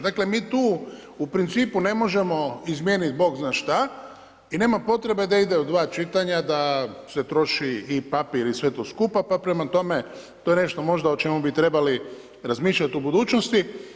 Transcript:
Dakle mi tu u principu ne možemo izmijeniti Bog zna šta i nema potrebe da ide u dva čitanja, da se troši i papir i sve to skupa, pa prema tome, to je nešto možda o čemu bi trebali razmišljati u budućnosti.